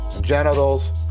genitals